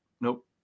nope